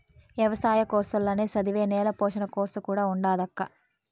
ఎవసాయ కోర్సుల్ల నే చదివే నేల పోషణ కోర్సు కూడా ఉండాదక్కా